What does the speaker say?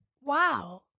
wow